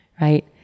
right